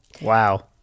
wow